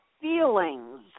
feelings